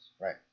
Right